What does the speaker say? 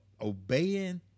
obeying